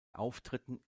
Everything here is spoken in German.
auftritten